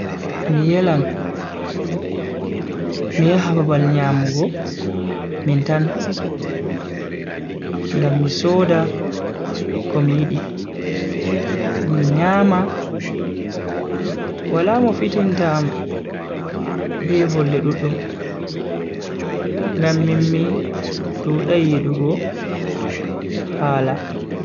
Mi yelan mi yaha babal nyamugo min tan ngam mi soda komi yidi mi nyama wala mo fitinta am be volde duddum, ngam min mi dudai yidugo hala.